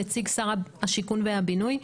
נציג שר השיכון והבינוי,